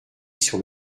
sur